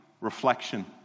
reflection